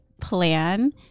plan